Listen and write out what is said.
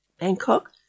Bangkok